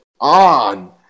on